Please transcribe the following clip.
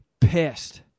pissed